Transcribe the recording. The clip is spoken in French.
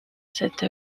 cette